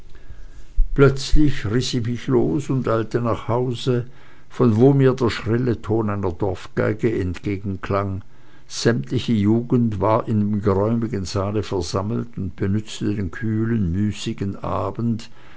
plötzlich riß ich mich los und eilte nach hause von wo mir der schrille ton einer dorfgeige entgegenklang sämtliche jugend war in dem geräumigen saale versammelt und benutzte den kühlen müßigen abend